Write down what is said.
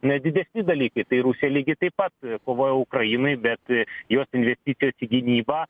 na didesni dalykai tai rusija lygiai taip pat kovoja ukrainoj bet jos investicijos į gynybą